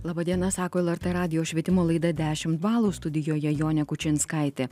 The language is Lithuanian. laba diena sako lrt radijo švietimo laida dešimt balų studijoje jonė kučinskaitė